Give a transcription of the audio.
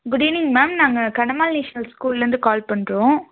good evening ma'am நாங்கள் Kannammal national ஸ்கூலிலேருந்து call பண்ணுறோம்